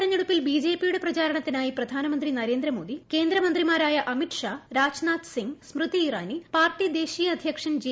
വരും ദിവസങ്ങൾ ബിജെപിയുടെ പ്രചാരണത്തിനായി പ്രധാനമന്ത്രി നരേന്ദ്രമോദി കേന്ദ്രമന്ത്രിമാരായ അമിത് ഷാ രാജ്നാഥ് സിങ് സ്മൃതി ഇറാനി പാർട്ടി ദേശീയ അദ്ധ്യക്ഷൻ ജെ